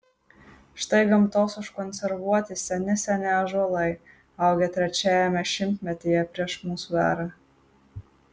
štai gamtos užkonservuoti seni seni ąžuolai augę trečiajame šimtmetyje prieš mūsų erą